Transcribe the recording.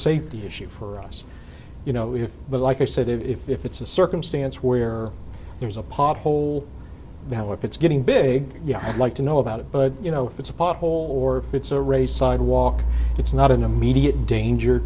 safety issue for us you know if but like i said if it's a circumstance where there's a pothole that if it's getting big yeah i'd like to know about it but you know if it's a pothole or if it's a race sidewalk it's not in immediate danger